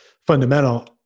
fundamental